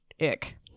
ick